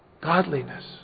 godliness